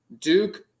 Duke